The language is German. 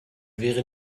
wäre